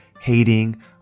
hating